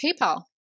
PayPal